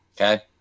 okay